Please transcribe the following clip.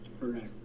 Correct